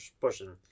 pushing